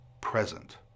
present